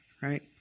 right